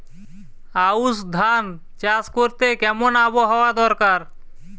আউশ ধান চাষ করতে কেমন আবহাওয়া দরকার?